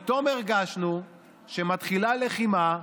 פתאום הרגשנו שמתחילה לחימה,